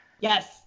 Yes